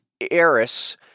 eris